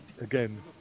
again